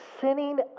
sinning